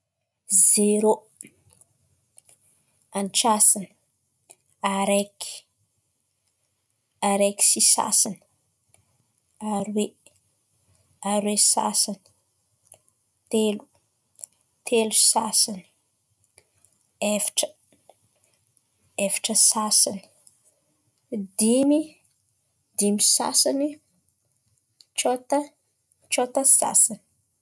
Zero, antsasany, araiky, araiky sy sasany, aroe, aroe sy sasany, telo, telo sy sasany, efatra, efatra sy sasany, dimy, dimy sy sasany, tsôta, tsôta sy sasany.